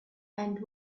and